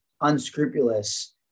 unscrupulous